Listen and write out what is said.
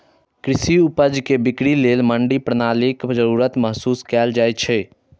कृषि उपज के बिक्री लेल मंडी प्रणालीक जरूरत महसूस कैल जाइ छै